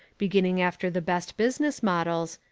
beginning after the best business models,